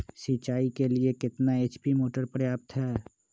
सिंचाई के लिए कितना एच.पी मोटर पर्याप्त है?